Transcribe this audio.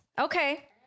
Okay